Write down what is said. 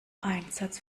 einsatz